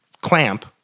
clamp